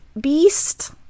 Beast